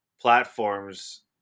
platforms